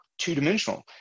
two-dimensional